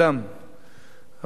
המדינה והעם,